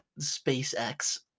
SpaceX